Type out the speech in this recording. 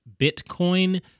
Bitcoin